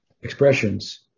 expressions